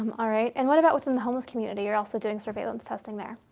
um all right. and what about within the homeless community? you're also doing surveillance testing there.